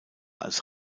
als